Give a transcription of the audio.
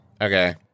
Okay